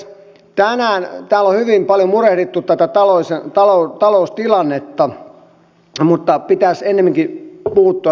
tänään täällä on hyvin paljon murehdittu tätä taloustilannetta mutta pitäisi ennemminkin puuttua sen juurisyihin